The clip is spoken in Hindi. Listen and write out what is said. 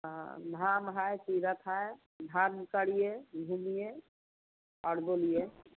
हाँ धाम है तीर्थ है धाम बोलिए